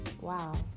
Wow